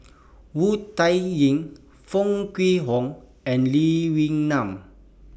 Wu Tsai Yen Foo Kwee Horng and Lee Wee Nam